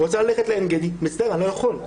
רוצה ללכת לעין גדי, מצטער, אני לא יכול.